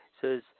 says